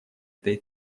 этой